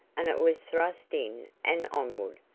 and it was thrust in and onward,